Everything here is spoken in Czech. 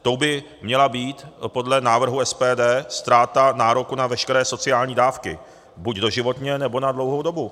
Tou by měla být podle návrhu SPD ztráta nároku na veškeré sociální dávky buď doživotně, nebo na dlouhou dobu.